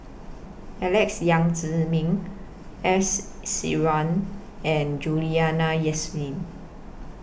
Alex Yam Ziming S Iswaran and Juliana Yasin